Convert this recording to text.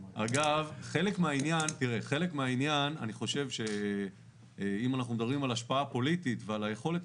חלק מהעניין אני חושב שאם אנחנו מדברים על השפעה פוליטית ועל היכולת,